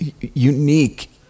unique